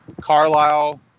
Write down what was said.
Carlisle